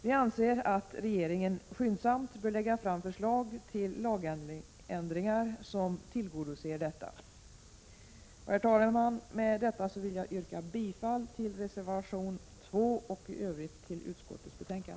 Vi anser att regeringen skyndsamt bör lägga fram förslag till lagändringar som tillgodoser detta krav. Herr talman! Med detta vill jag yrka bifall till reservation 2 och i övrigt till utskottets hemställan.